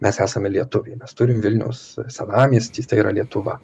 mes esame lietuviai mes turim vilniaus senamiestį tai yra lietuva